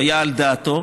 והוא היה על דעתו.